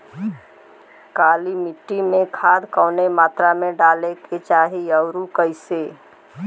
काली मिट्टी में खाद कवने मात्रा में डाले के चाही अउर कइसे?